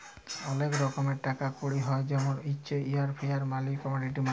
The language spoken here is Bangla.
ওলেক রকমের টাকা কড়ি হ্য় জেমল হচ্যে ফিয়াট মালি, কমডিটি মালি